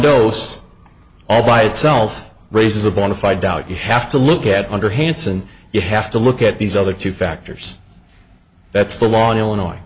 dose all by itself raises a bona fide doubt you have to look at under hansen you have to look at these other two factors that's the long illinois